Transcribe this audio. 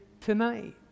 tonight